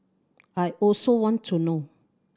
I also want to know